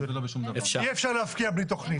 אי אפשר להפקיע בלי תוכנית.